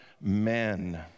men